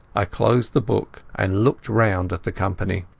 i closed the book and looked round at the company.